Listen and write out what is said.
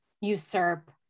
usurp